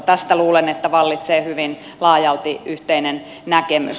tästä luulen että vallitsee hyvin laajalti yhteinen näkemys